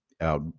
out